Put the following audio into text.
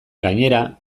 gainera